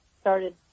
started